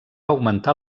augmentar